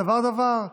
דבר-דבר.